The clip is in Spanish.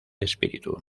espíritu